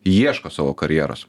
ieško savo karjeros